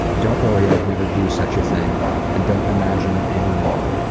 don't worry i would never do such a thing and don't imagine it anymore.